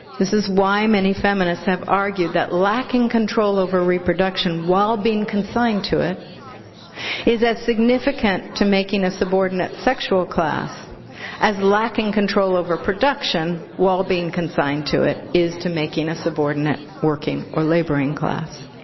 this is why many feminists have argued that lacking control over reproduction while being consigned to it is as significant to making a subordinate sexual class as lacking control over production while being consigned to it is to making a subordinate working or laboring class.